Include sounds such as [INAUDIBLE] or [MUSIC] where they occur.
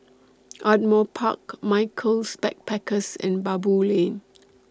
Ardmore Park Michaels Backpackers and Baboo Lane [NOISE]